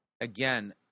Again